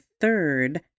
third